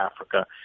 Africa